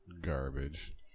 Garbage